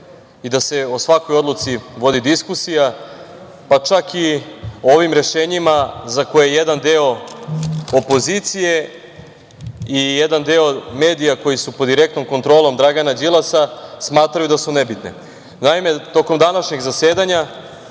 i da se o svakoj odluci vodi diskusija, pa čak i o ovim rešenjima za koje jedan deo opozicije i jedan deo medija, koji su pod direktnom kontrolom Dragana Đilasa, smatraju da su nebitne. Naime, tokom današnjeg zasedanja,